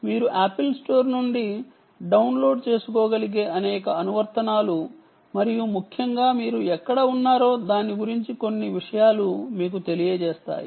మీరు Apple store నుండి download చేసుకోగలిగే అనేక అనువర్తనాలు మరియు ముఖ్యంగా మీరు ఎక్కడ ఉన్నారో దాని గురించి కొన్ని విషయాలు మీకు తెలియజేస్తాయి